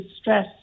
stress